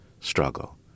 struggle